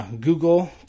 Google